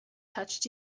touched